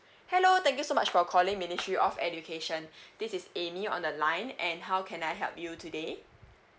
hello thank you so much for calling ministry of education this is annie on the line and how can I help you today